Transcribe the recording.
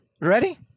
Ready